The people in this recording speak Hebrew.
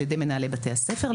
על ידי מנהלי בתי הספר,